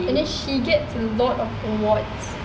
and the she get a lot of awards